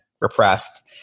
repressed